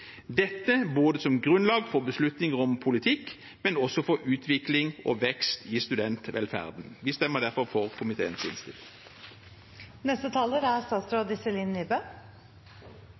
som grunnlag for beslutninger om politikk og også for utvikling og vekst i studentvelferden. Vi stemmer derfor for komiteens innstilling. Det er